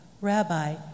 Rabbi